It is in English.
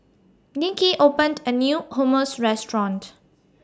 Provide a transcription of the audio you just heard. Nikki opened A New Hummus Restaurant